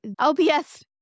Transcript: LPS